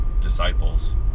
disciples